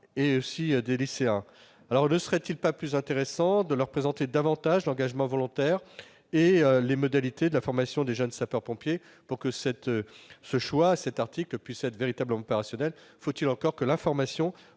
et des lycéens. Ne serait-il pas plus intéressant de leur présenter davantage l'engagement volontaire et les modalités de la formation des jeunes sapeurs-pompiers, pour que cet article puisse être véritablement opérationnel ? Encore faudrait-il que l'information